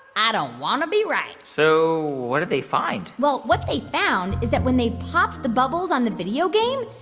i don't want to be right so what did they find? well, what they found is that when they popped the bubbles on the video game,